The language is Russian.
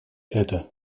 это